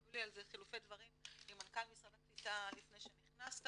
גם היו לי על זה חילופי דברים עם מנכ"ל משרד הקליטה לפני שנכנסת,